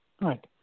Right